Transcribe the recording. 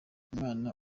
umwana